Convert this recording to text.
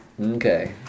Okay